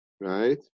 Right